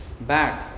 bad